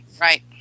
right